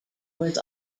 was